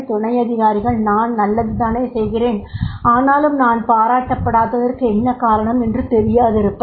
துணை அதிகாரிகள் நான் நல்லது தானே செய்கிறேன் ஆனாலும் நான் பாராட்டப்படாததற்கு என்ன காரணம் என்று தெரியாதிருப்பர்